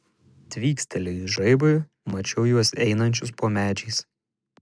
tvykstelėjus žaibui mačiau juos einančius po medžiais